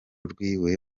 rwiwe